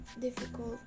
difficult